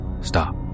stop